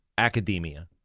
academia